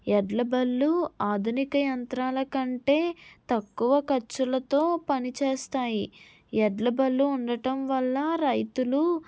ఎడ్ల బళ్ళు ఆధునిక యంత్రాల కంటే తక్కువ ఖర్చులతో పనిచేస్తాయి ఎడ్ల బళ్ళు ఉండటం వల్ల రైతులు